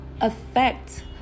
affect